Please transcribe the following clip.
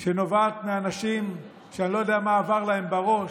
שנובעת מאנשים שאני לא יודע מה עבר להם בראש,